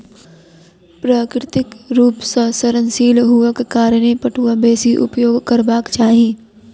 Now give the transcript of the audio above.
प्राकृतिक रूप सॅ सड़नशील हुअक कारणें पटुआ बेसी उपयोग करबाक चाही